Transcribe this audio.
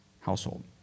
household